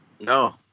No